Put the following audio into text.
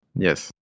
Yes